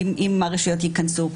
אם הרשויות ייכנסו,